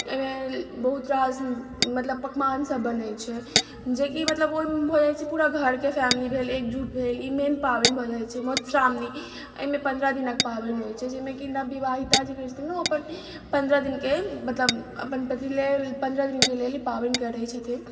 एहिमे बहुत रास मतलब पकवानसभ बनैत छै जेकि मतलब ओहिमे भऽ जाइत छै पूरा घरके फैमिली भेल एकजुट भेल ई मेन पाबनि भऽ जाइत छै मधुश्रामणी एहिमे पन्द्रह दिनक पाबनि होइत छै जाहिमे कि नव विवाहिता जे रहैत छथिन ओ अपन पन्द्रह दिनके मतलब अपन पतिके लेल पन्द्रह दिनके लेल ई पाबनि करैत छथिन